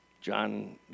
John